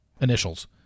initials